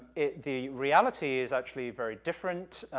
the reality is actually very different.